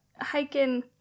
hiking